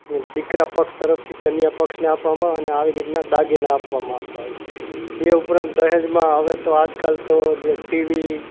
એમ દીકરા પક્ષ તરફથી કન્યા પક્ષને આપવામાં અને આવી રીતના દાગીના આપવામાં આવતા હોય એ ઉપરાંત દહેજમાં હવે તો આજકાલ તો જે ટીવી